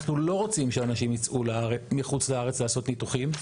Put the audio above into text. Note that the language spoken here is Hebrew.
אנחנו לא רוצים יצאו לחוץ לארץ לעשות ניתוחים.